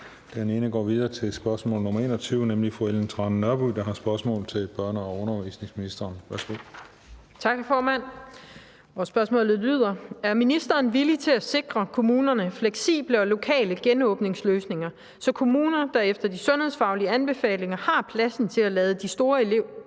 Den ene går videre til spørgsmål nr. 21, nemlig fru Ellen Trane Nørby, der har et spørgsmål til børne- og undervisningsministeren. Kl. 18:26 Spm. nr. S 983 21) Til børne- og undervisningsministeren af: Ellen Trane Nørby (V): Er ministeren villig til at sikre kommunerne fleksible og lokale genåbningsløsninger, så kommuner, der efter de sundhedsfaglige anbefalinger har pladsen til at lade de store elever